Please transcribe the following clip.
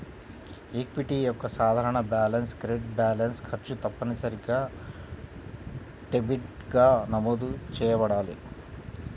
equity యొక్క సాధారణ balance credit balance, ఖర్చు తప్పనిసరిగా డెబిట్గా నమోదు చేయబడాలి